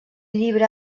llibre